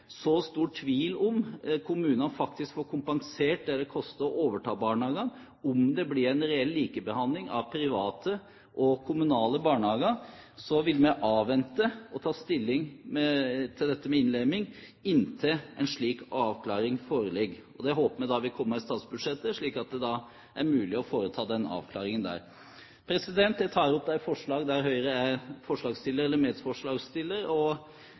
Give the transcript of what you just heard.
så stor tvil om kommunene faktisk får kompensert det det koster å overta barnehagene, om det blir en reell likebehandling av private og kommunale barnehager, vil vi avvente å ta stilling til dette med innlemming inntil en slik avklaring foreligger. Det håper vi vil komme i statsbudsjettet, slik at det er mulig å foreta den avklaringen der. Jeg tar opp det forslaget Høyre har sammen med Kristelig Folkeparti, og